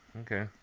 Okay